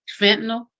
fentanyl